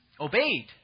obeyed